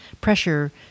pressure